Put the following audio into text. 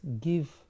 give